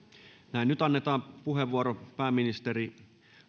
nyt annetaan puheenvuoro pääministeri